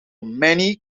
many